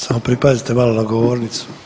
Samo pripazite malo na govornicu.